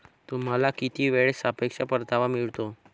तुम्हाला किती वेळेत सापेक्ष परतावा मिळतो?